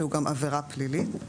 שהוא גם עבירה פלילית.